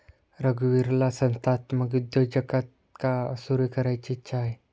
रघुवीरला संस्थात्मक उद्योजकता सुरू करायची इच्छा आहे